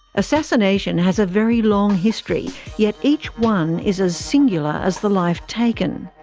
assassination has a very long history yet each one is as singular as the life taken.